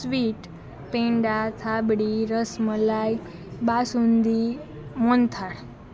sweet penda thabdi ras malai basundi mohanthal